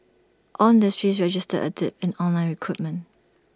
all industries registered A dip in online recruitment